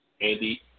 Andy